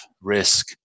risk